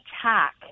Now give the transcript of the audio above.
attack